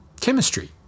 chemistry